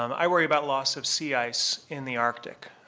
i worry about loss of sea ice in the arctic.